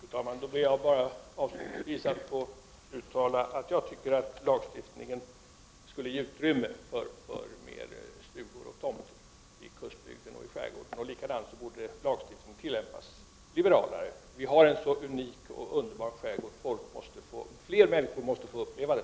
Fru talman! Då får jag avslutningsvis bara uttala att jag tycker att lagstiftningen borde ge utrymme för mer stugor och tomter i kustbygden och i skärgården. Lagstiftningen borde tillämpas liberalare. Vi har en unik och underbar skärgård. Fler människor måste få uppleva den.